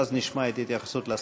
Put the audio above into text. ואז נשמע את התייחסות השר.